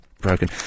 broken